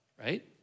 right